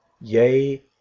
yea